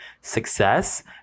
success